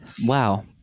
wow